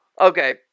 Okay